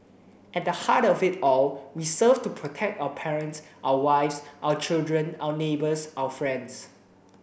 at the heart of it all we serve to protect our parents our wives our children our neighbours our friends